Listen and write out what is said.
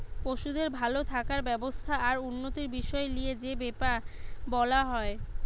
পশুদের ভাল থাকার ব্যবস্থা আর উন্নতির বিষয় লিয়ে যে বেপার বোলা হয়